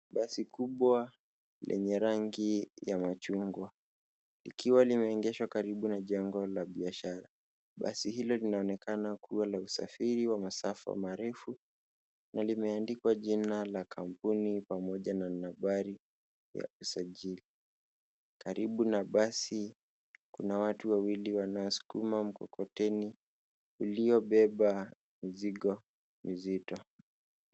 Basi kubwa lenye rangi ya machungwa, ikiwa limeegeshwa karibu na jengo la biashara. Basi hilo linaonekana kuwa la usafiri wa masafa marefu, na limeandikwa jina la kampuni pamoja na nambari ya usajili. Karibu na basi, kuna watu wawili wanasukuma mkokoteni, uliobeba mzigo mzito.